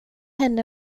henne